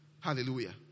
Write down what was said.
Hallelujah